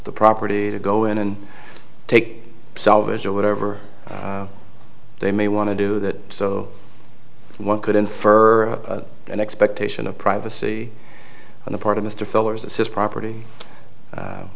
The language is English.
the property to go in and take salvage or whatever they may want to do that so one could infer an expectation of privacy on the part of the feller's assist property